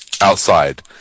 outside